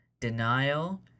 denial